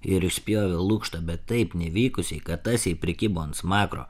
ir išspjovė lukštą bet taip nevykusiai kad tas jai prikibo ant smakro